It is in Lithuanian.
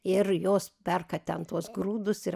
ir jos perka ten tuos grūdus ir